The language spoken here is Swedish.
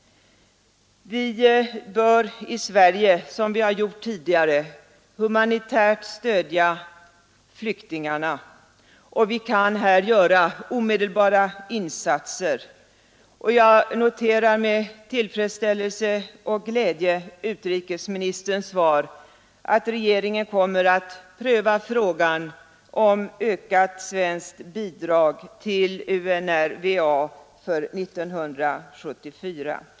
Vi bör i Sverige, som vi har gjort tidigare, humanitärt stödja flyktingarna, och vi kan här göra omedelbara insatser. Jag noterar med tillfredsställelse och glädje utrikesministerns svar att regeringen kommer att pröva frågan om ökat svenskt bidrag till UNRWA för 1974.